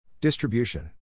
Distribution